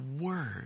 word